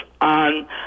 on